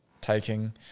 taking